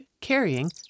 carrying